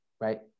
right